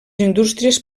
indústries